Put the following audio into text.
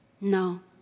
No